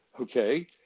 Okay